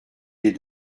les